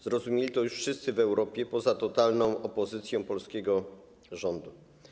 Zrozumieli to już wszyscy w Europie poza totalną opozycją polskiego rządu.